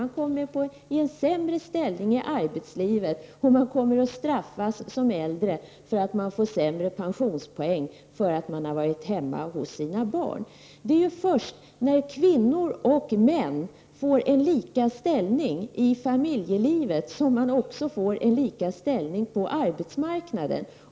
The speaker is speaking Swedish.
De får en sämre ställning i arbetslivet, och de kommer att straffas som äldre genom att de får sämre pensionspoäng för att de har varit hemma hos sina barn. Det är först när kvinnor och män får samma ställning i familjelivet som de också får samma ställning på arbetsmarknaden.